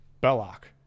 belloc